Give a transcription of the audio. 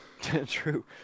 true